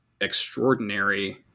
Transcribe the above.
extraordinary